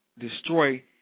destroy